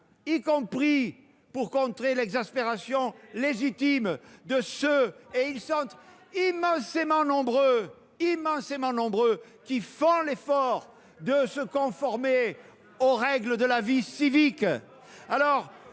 y compris pour contrer l'exaspération légitime de ceux- ils sont immensément nombreux -qui font l'effort de se conformer aux règles de la vie civique.